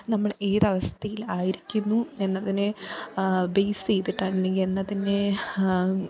നമ്മൾ ഏത് അവസ്ഥയിൽ ആയിരിക്കുന്നു എന്നതിനെ ബേസ് ചെയ്തിട്ടാണ് അല്ലെങ്കിൽ എന്നതിനെ